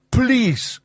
please